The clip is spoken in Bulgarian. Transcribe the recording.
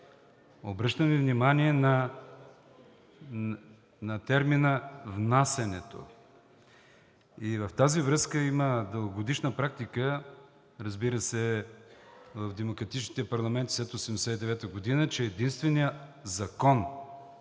Обръщам Ви внимание на термина „внасянето“. И в тази връзка има дългогодишна практика, разбира се, в демократичните парламенти след 1989 г., че единственият закон,